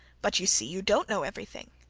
but you see you don't know everything